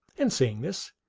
and, saying this,